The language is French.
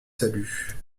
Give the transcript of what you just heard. salue